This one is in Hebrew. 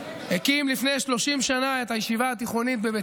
הקים לפני 30 שנה את הישיבה התיכונית בבית